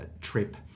trip